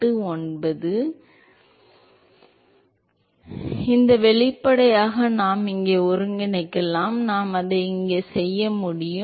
எனவே இந்த வெளிப்பாட்டை நாம் இங்கே ஒருங்கிணைக்கலாம் எனவே நான் அதை இங்கே செய்ய முடியும்